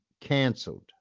canceled